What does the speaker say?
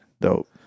dope